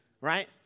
Right